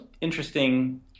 interesting